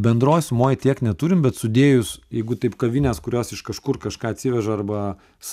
bendroj sumoj tiek neturim bet sudėjus jeigu taip kavines kurios iš kažkur kažką atsiveža arba